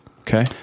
Okay